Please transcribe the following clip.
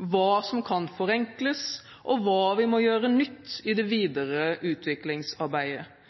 hva som kan forenkles, og hva vi må gjøre nytt i det videre utviklingsarbeidet.